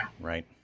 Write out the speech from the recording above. Right